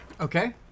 Okay